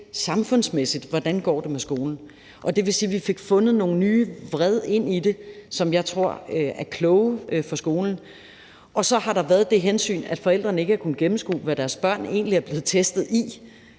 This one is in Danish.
samfundsmæssigt. Og det vil sige, at vi fik fundet nogle nye vrid ind i det, som jeg tror er kloge for skolen. Så har der været det hensyn, at forældrene ikke har kunnet gennemskue, hvad deres børn egentlig er blevet testet i.